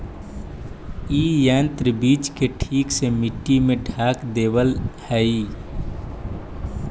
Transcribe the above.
इ यन्त्र बीज के ठीक से मट्टी से ढँक देवऽ हई